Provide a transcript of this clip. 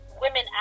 women